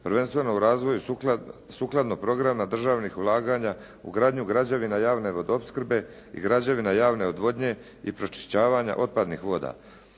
prvenstveno u razvoju sukladno programima državnih ulaganja u gradnju građevina javne vodoopskrbe i građevina javne odvodnje i pročišćavanja otpadnih voda.